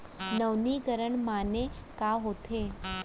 नवीनीकरण माने का होथे?